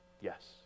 Yes